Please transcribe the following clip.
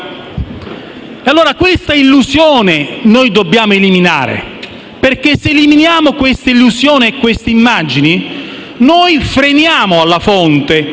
di droga. Questa illusione noi dobbiamo eliminare o se eliminiamo questa illusione e quelle immagini, noi freniamo alla fonte